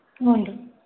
ಹ್ಞೂ ರೀ